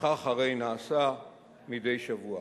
וכך הרי נעשה מדי שבוע.